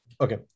Okay